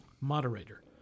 Moderator